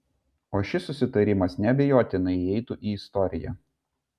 o šis susitarimas neabejotinai įeitų į istoriją